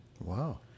wow